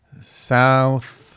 South